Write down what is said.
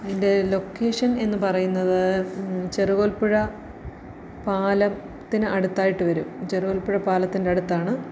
അതിൻ്റെ ലൊക്കേഷൻ എന്ന് പറയുന്നത് ചെറുകോൽപ്പുഴ പാലത്തിന് അടുത്തായിട്ട് വരും ചെറുകോൽപ്പുഴ പാലത്തിൻ്റെ അടുത്താണ്